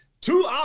two